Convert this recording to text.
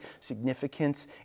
significance